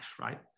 right